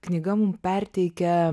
knyga mum perteikia